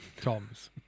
toms